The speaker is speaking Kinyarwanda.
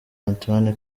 antoine